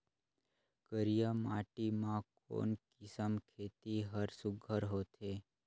करिया माटी मा कोन किसम खेती हर सुघ्घर होथे?